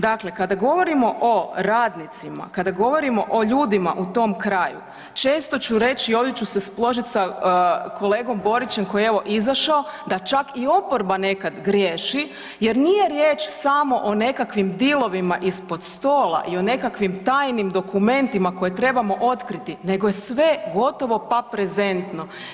Dakle, kada govorimo o radnicima, kada govorimo o ljudima u tom kraju često ću reći i ovdje ću se složiti s kolegom Borićem koji je evo izašao da čak i oporba nekad griješi jer nije riječ samo o nekakvim dilovima ispod stola i o nekakvim tajnim dokumentima koje trebamo otkriti nego je sve gotovo pa prezentno.